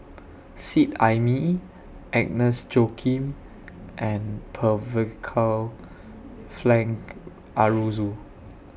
Seet Ai Mee Agnes Joaquim and Frank Aroozoo